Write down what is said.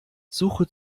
suche